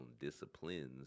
disciplines